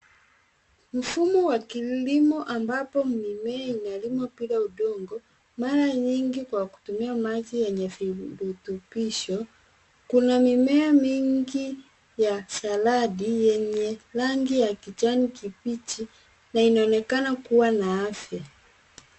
Mfumo wa kilimo ambapo mimea inalimwa bila udongo, mara nyingi kwa kutumia maji yenye virutubisho. Kuna mimea mingi ya saladi, yenye rangi ya kijani kibichi na inaonekana kuwa na afya.